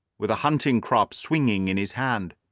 with a hunting-crop swinging in his hand.